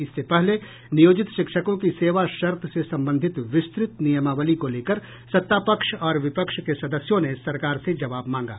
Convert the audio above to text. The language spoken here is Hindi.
इससे पहले नियोजित शिक्षकों की सेवा शर्त से संबंधित विस्तृत नियमावली को लेकर सत्तापक्ष और विपक्ष के सदस्यों ने सरकार से जवाब मांगा